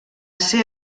ser